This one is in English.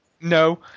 No